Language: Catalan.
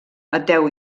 ateu